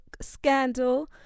scandal